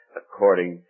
according